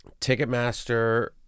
Ticketmaster